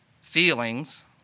feelings